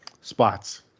spots